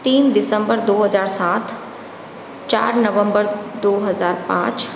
तीन दिसम्बर दो हज़ार सात चार नवम्बर दो हज़ार पाँच